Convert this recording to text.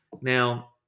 Now